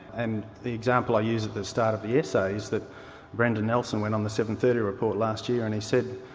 and the example i use at the start of the essay is that brendan nelson went on the seven. thirty report last year and he said,